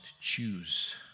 choose